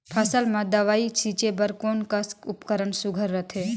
फसल म दव ई छीचे बर कोन कस उपकरण सुघ्घर रथे?